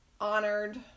honored